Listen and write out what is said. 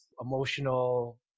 emotional